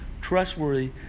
trustworthy